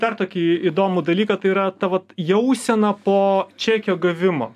dar tokį įdomų dalyką tai yra ta vat jausena po čekio gavimo